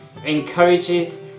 encourages